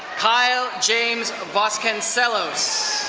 kyle james vasconcellos.